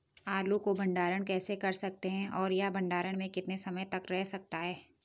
आलू को भंडारण कैसे कर सकते हैं और यह भंडारण में कितने समय तक रह सकता है?